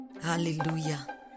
Hallelujah